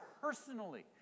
personally